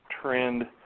trend